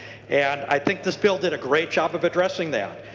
and i think this bill did a great job of addressing that.